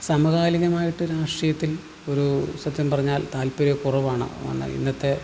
സമകാലീകമായിട്ട് രാഷ്ട്രീയത്തിൽ ഒരു സത്യം പറഞ്ഞാൽ താൽപര്യ കുറവാണ് ഇന്നത്തെ